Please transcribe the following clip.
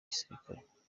gisirikare